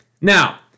Now